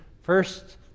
first